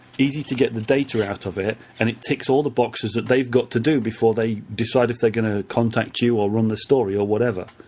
easy to get the data out of it, and it ticks all the boxes that they've got to do before they decide if they're going to contact you, or run the story, or whatever.